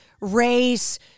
race